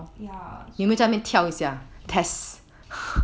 ya so 有